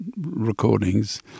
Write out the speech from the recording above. recordings